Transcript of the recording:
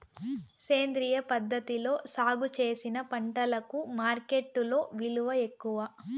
సేంద్రియ పద్ధతిలో సాగు చేసిన పంటలకు మార్కెట్టులో విలువ ఎక్కువ